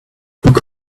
book